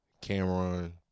Cameron